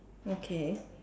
okay